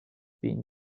been